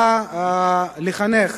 נועדה לחנך.